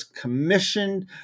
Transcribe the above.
commissioned